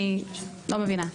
אני לא מבינה.